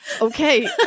okay